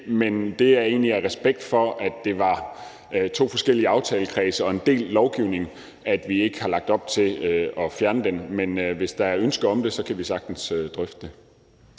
men det er egentlig af respekt for, at det var to forskellige aftalekredse og en delt lovgivning, at vi ikke har lagt op til at fjerne den, men hvis der er ønske om det, kan vi sagtens drøfte det.